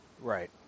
Right